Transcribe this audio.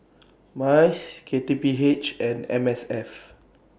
Mice K T P H and M S F